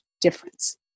difference